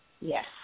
Yes